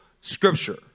scripture